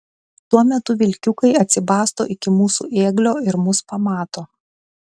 tuo metu vilkiukai atsibasto iki mūsų ėglio ir mus pamato